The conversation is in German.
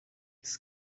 ist